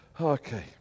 Okay